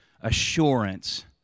assurance